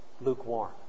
lukewarm